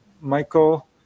Michael